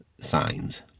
signs